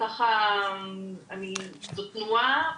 זו תנועה